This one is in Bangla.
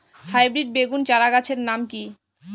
হাইব্রিড বেগুন চারাগাছের নাম কি?